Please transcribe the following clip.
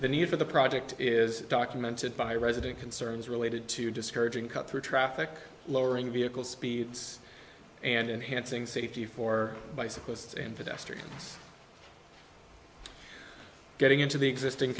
the need for the project is documented by resident concerns related to discouraging cut through traffic lowering vehicle speeds and hansing safety for bicyclists and pedestrians getting into the existing